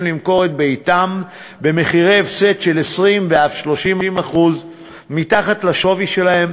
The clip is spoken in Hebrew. למכור את ביתם במחירי הפסד של 20% ואף 30% מתחת לשווי שלהם,